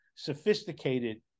sophisticated